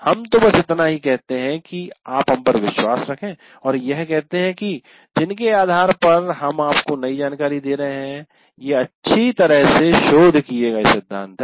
हम तो बस इतना ही कहते हैं कि आप हम पर विश्वास रखे और यह कहते है कि जिनके आधार पर हम आपको नयी जानकारी दे रहे है ये अच्छी तरह से शोध किए गए सिद्धांत हैं